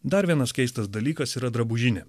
dar vienas keistas dalykas yra drabužinė